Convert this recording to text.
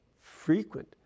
frequent